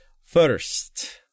First